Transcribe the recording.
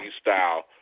style